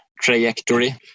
trajectory